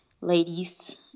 ladies